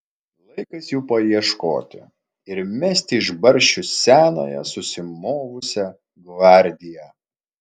laikas jų paieškoti ir mesti iš barščių senąją susimovusią gvardiją